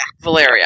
Valeria